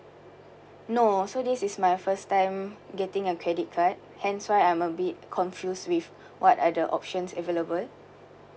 no so this is my first time getting a credit card hence why I'm a bit confused with what are the options available